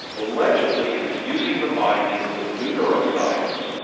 allegedly it is using the findings of the new neuroscience,